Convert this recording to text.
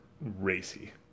racy